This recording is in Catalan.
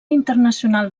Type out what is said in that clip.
internacional